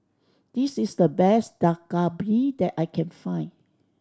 this is the best Dak Galbi that I can find